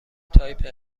تایپه